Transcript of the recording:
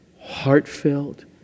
heartfelt